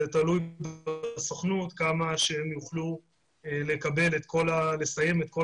זה תלוי בסוכנות כמה שהם יוכלו לסיים את כל